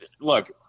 look